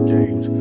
James